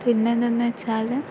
പിന്നെ എന്തെന്ന് വച്ചാൽ